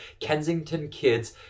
KensingtonKids